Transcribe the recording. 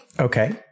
Okay